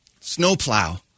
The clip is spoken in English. snowplow